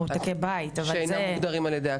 מרותקי בית שלא מוגדרים על ידי המדינה,